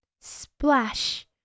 splash